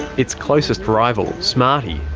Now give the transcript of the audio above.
its closest rival, smarty,